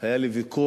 היה לי ויכוח